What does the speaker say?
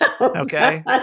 okay